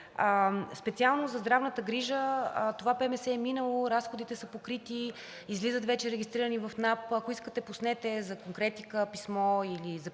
Специално за здравната грижа – това ПМС е минало, разходите са покрити, излизат вече регистрирани в НАП. Ако искате, пуснете за конкретика писмо или